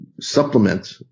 supplement